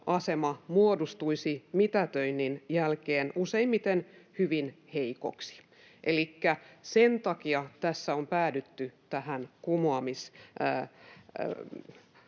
asema muodostuisi mitätöinnin jälkeen useimmiten hyvin heikoksi. Elikkä sen takia tässä on päädytty tähän kumoamislinjaan.